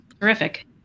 terrific